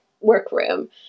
workroom